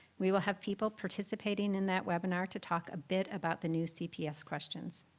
we will have people participating in that webinar to talk a bit about the new cps questions.